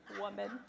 woman